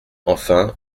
enfin